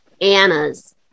anna's